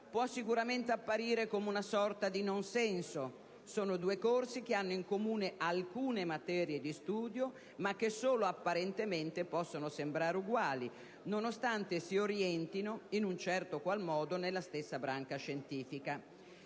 può sicuramente apparire come una sorta di nonsenso: sono due corsi che hanno in comune alcune materie di studio, ma che solo apparentemente possono sembrare uguali, nonostante si orientino in un certo qual modo nella stessa branca scientifica.